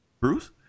Bruce